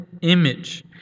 image